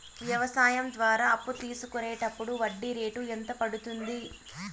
వ్యవసాయం ద్వారా అప్పు తీసుకున్నప్పుడు వడ్డీ రేటు ఎంత పడ్తుంది